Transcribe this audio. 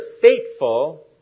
fateful